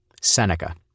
Seneca